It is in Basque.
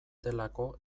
delako